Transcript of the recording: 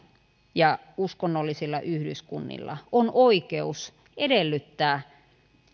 ja uskonnollisilla yhdyskunnilla on oikeus edellyttää